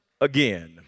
again